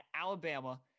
Alabama